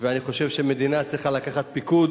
ואני חושב שמדינה צריכה לקחת פיקוד